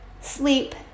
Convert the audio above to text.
sleep